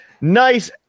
Nice